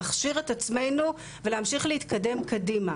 להכשיר את עצמנו ולהמשיך להתקדם קדימה.